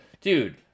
Dude